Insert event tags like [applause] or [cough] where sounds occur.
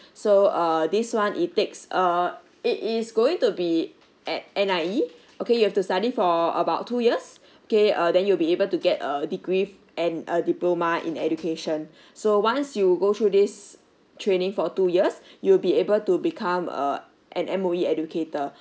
so err this one it takes err it is going to be at N_I_E okay you have to study for about two years okay uh then you'll be able to get a degree and a diploma in education [breath] so once you go through this training for two years you'll be able to become uh an M_O_E educator